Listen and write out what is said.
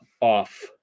off